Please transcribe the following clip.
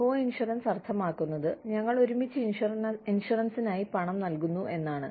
coinsurance അർത്ഥമാക്കുന്നത് ഞങ്ങൾ ഒരുമിച്ച് ഇൻഷുറൻസിനായി പണം നൽകുന്നു എന്നാണ്